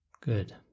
Good